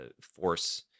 force